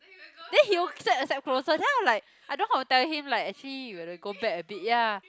then he will step a step closer then I'm like I don't know how to tell him like actually you have to go back a bit ya